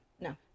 No